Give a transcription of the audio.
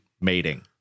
mating